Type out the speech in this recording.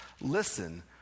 listen